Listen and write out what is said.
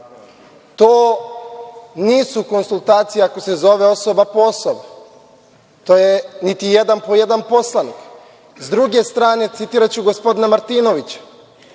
To nisu konsultacije ako se zove osoba po osoba, niti jedan po jedan poslanik. S druge strane, citiraću gospodina Martinovića,